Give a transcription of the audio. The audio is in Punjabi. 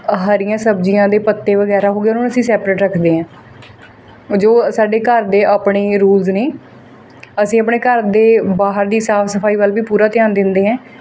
ਹਰੀਆਂ ਸਬਜ਼ੀਆਂ ਦੇ ਪੱਤੇ ਵਗੈਰਾ ਹੋਗੇ ਉਹਨਾਂ ਨੂੰ ਅਸੀਂ ਸੈਪਰੇਟ ਰੱਖਦੇ ਹਾਂ ਜੋ ਸਾਡੇ ਘਰ ਦੇ ਆਪਣੇ ਰੂਲਸ ਨੇ ਅਸੀਂ ਆਪਣੇ ਘਰ ਦੇ ਬਾਹਰ ਦੀ ਸਾਫ ਸਫਾਈ ਵੱਲ ਵੀ ਪੂਰਾ ਧਿਆਨ ਦਿੰਦੇ ਹਾਂ